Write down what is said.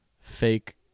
fake